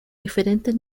diferentes